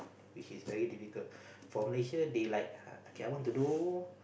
which is very difficult for Malaysia they like okay I want to do